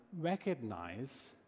recognize